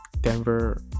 Denver